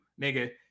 nigga